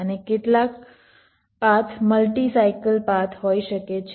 અને કેટલાક path multi cycle path હોઈ શકે છે